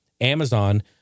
Amazon